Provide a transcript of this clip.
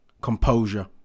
composure